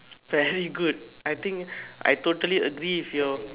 very good I think I totally agree with your